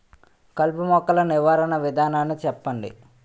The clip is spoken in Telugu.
కలుపు మొక్కలు నివారణ విధానాన్ని చెప్పండి?